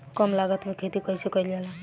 कम लागत में खेती कइसे कइल जाला?